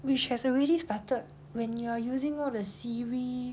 which has already started when you're using all the siri